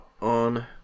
on